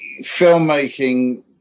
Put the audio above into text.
filmmaking